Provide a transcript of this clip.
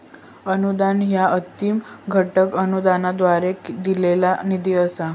अनुदान ह्या अंतिम घटक अनुदानाद्वारा दिलेला निधी असा